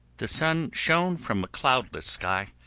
the sun shone from a cloudless sky,